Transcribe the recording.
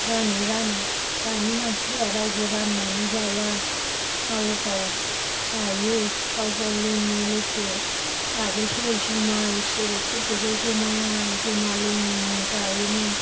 रानै रानै दानि मानसिफोरा रावबो राननानै जाया गाव गाव जायो गाव गाव लोङो लेखे आगोलफोर जुमाइ सेरेबफोरखौबो जमा जमा लोङोमोन जायोमोन